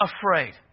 afraid